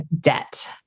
debt